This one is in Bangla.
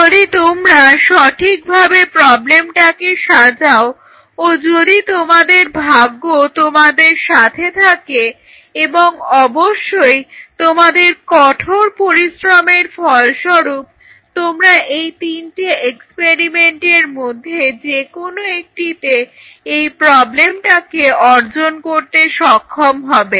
যদি তোমরা সঠিকভাবে প্রবলেমটাকে সাজাও ও যদি তোমাদের ভাগ্য তোমাদের সাথে থাকে এবং অবশ্যই তোমাদের কঠোর পরিশ্রমের ফলস্বরূপ তোমরা এই তিনটে এক্সপেরিমেন্টের মধ্যে যেকোনো একটিতে এই প্রবলেমটাকে অর্জন করতে সক্ষম হবে